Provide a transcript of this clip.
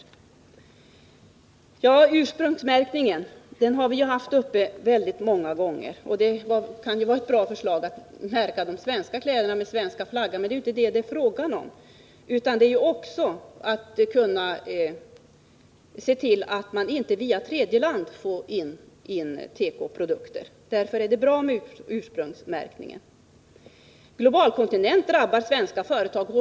Frågan om ursprungsmärkningen har tagits upp väldigt många gånger. I och för sig kan det vara ett bra förslag att svenska kläder skall märkas med svenska flaggan. Men det är inte det som saken gäller, utan det är snarare fråga om att vi inte via tredje land skall få in tekoprodukter. Därför är det bra med ursprungsmärkningen. Globalkontingenter sägs drabba svenska företag hårt.